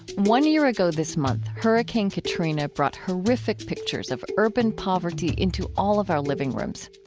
one year ago this month, hurricane katrina brought horrific pictures of urban poverty into all of our living rooms.